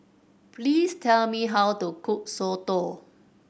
please tell me how to cook soto